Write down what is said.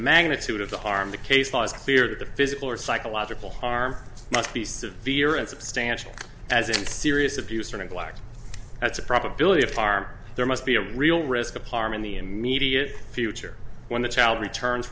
magnitude of the harm the case law is clear that the physical or psychological harm must be severe and substantial as a serious abuse or neglect that's a probability of harm there must be a real risk of harm in the immediate future when the child returns